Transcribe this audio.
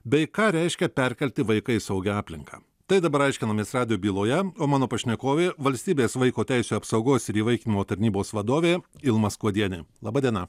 bei ką reiškia perkelti vaiką į saugią aplinką tai dabar aiškinamės rado byloje o mano pašnekovė valstybės vaiko teisių apsaugos ir įvaikinimo tarnybos vadovė ilma skuodienė laba diena